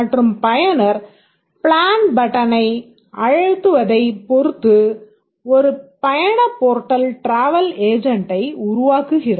மற்றும் பயனர் பிளான் பட்டனை அழுத்துவதைப் பொறுத்து ஒரு பயண போர்ட்டல் ட்ராவல் ஏஜென்டை உருவாக்குகிறது